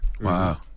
wow